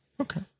Okay